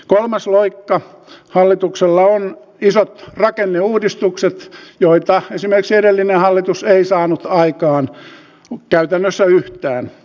kolmas loikka hallituksella on isot rakenneuudistukset joita esimerkiksi edellinen hallitus ei saanut aikaan käytännössä yhtään